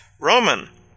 Roman